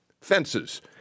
fences